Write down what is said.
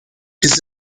this